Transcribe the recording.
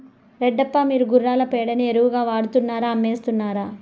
రెడ్డప్ప, మీరు గుర్రాల పేడని ఎరువుగా వాడుతున్నారా అమ్మేస్తున్నారా